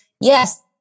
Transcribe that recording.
yes